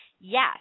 Yes